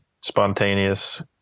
spontaneous